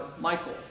Michael